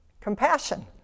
Compassion